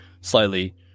slightly